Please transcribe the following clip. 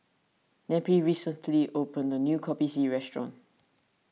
Neppie recently opened a new Kopi C restaurant